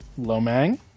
Lomang